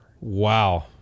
wow